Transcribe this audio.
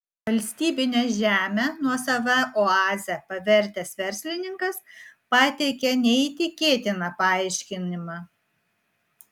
valstybinę žemę nuosava oaze pavertęs verslininkas pateikė neįtikėtiną paaiškinimą